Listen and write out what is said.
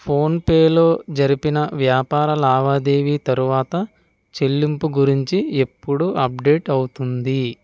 phone pay లో జరిపిన వ్యాపార లావాదేవి తరువాత చెల్లింపు గురించి ఎప్పుడు అప్డేట్ అవుతుంది